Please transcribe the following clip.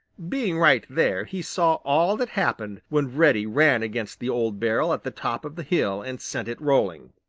being right there, he saw all that happened when reddy ran against the old barrel at the top of the hill and sent it rolling.